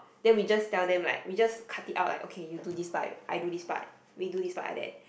then we just tell them like we just cut it out like okay you do this part I do this part we do this part like that